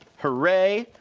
hurray,